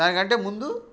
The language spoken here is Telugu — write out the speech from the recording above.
దానికంటే ముందు